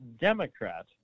Democrat